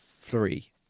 three